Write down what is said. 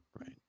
Right